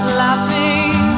laughing